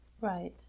Right